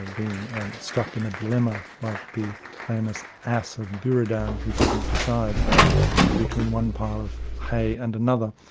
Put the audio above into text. and being stuck in a dilemma like the famous ass of buridan, who couldn't decide between one pile of hay and another.